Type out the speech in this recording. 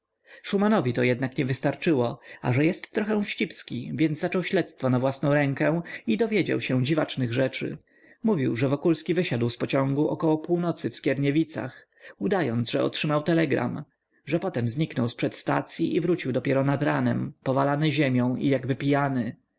szumanowi to jednak nie wystarczyło a że jest trochę wścibski więc zaczął śledztwo na własną rękę i dowiedział się dziwacznych rzeczy mówił że wokulski wysiadł z pociągu około północy w skierniewicach udając że otrzymał telegram że potem zniknął zprzed stacyi i wrócił dopiero nad ranem powalany ziemią i jakby pijany